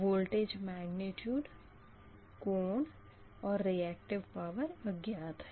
voltage magnitude कोण और reactive power अज्ञात है